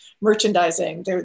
merchandising